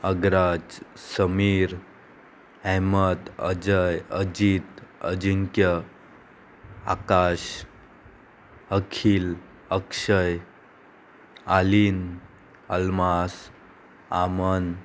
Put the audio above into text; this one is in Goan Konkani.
अग्राज समीर अहमद अजय अजीत अजिंक्य आकाश अखिल अक्षय आलीन अल्मास आमन